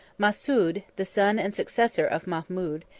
massoud, the son and successor of mahmud,